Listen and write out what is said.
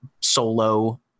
solo